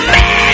Man